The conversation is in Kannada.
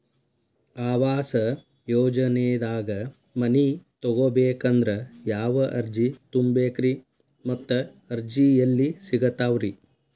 ಆವಾಸ ಯೋಜನೆದಾಗ ಮನಿ ತೊಗೋಬೇಕಂದ್ರ ಯಾವ ಅರ್ಜಿ ತುಂಬೇಕ್ರಿ ಮತ್ತ ಅರ್ಜಿ ಎಲ್ಲಿ ಸಿಗತಾವ್ರಿ?